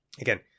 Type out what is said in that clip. again